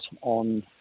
on